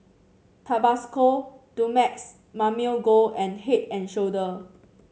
Tabasco Dumex Mamil Gold and Head And Shoulder